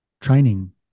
training